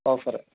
offer